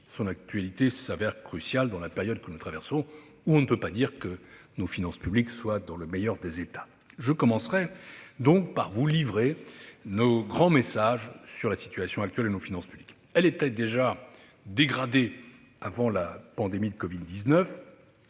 son actualité se révèle cruciale dans la période que nous traversons. On ne peut pas dire en effet que nos finances publiques soient dans le meilleur des états. Je commencerai donc par vous livrer nos grands messages sur la situation actuelle de nos finances publiques. Déjà dégradée avant la pandémie de covid-19,